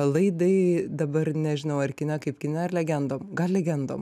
laidai dabar nežinau ar kine kaip kine ar legendom gal legendom